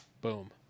Boom